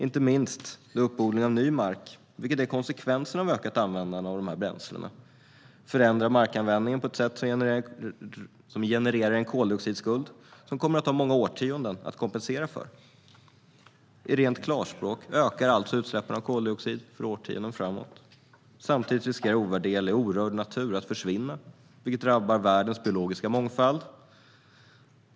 Inte minst uppodling av ny mark, vilket är konsekvensen av ökat användande av dessa bränslen, förändrar markanvändningen på ett sätt som genererar en koldioxidskuld som det kommer att ta många årtionden att kompensera för. I rent klarspråk ökar alltså utsläppen av koldioxid för årtionden framåt. Samtidigt riskerar ovärderlig orörd natur att försvinna, vilket drabbar världens biologiska mångfald.